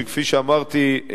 כפי שאמרתי,